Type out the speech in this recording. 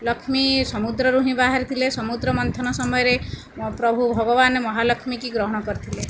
ଲଷ୍ମୀ ସମୁଦ୍ର ରୁ ହିଁ ବାହାରିଥିଲେ ସମୁଦ୍ର ମଂଥନ ସମୟ ରେ ପ୍ରଭୁ ଭଗବାନ ମହାଲଷ୍ମୀ କି ଗ୍ରହଣ କରିଥିଲେ